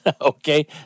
Okay